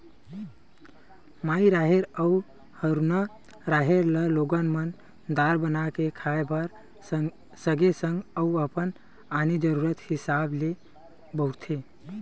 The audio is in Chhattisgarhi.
माई राहेर अउ हरूना राहेर ल लोगन मन दार बना के खाय बर सगे संग अउ अपन आने जरुरत हिसाब ले बउरथे